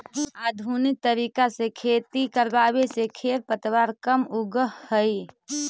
आधुनिक तरीका से खेती करवावे से खेर पतवार कम उगह हई